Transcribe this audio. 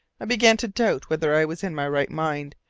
i began to doubt whether i was in my right mind,